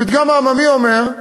הפתגם העממי אומר,